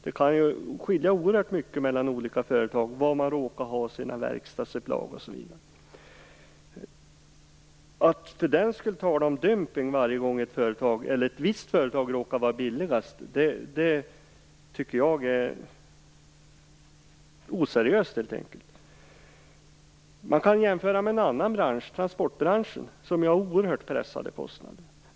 Det kan skilja oerhört mycket mellan olika företag, beroende på var man har sina verkstadsupplag osv. Att för den skull tala om dumpning varje gång som ett visst företag råkar vara billigast är oseriöst. Man kan jämföra med en annan bransch, transportbranschen, där kostnaderna är oerhört pressade.